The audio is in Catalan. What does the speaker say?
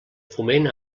foment